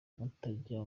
mutajya